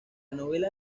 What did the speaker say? novela